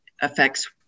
affects